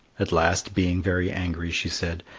at last, being very angry, she said,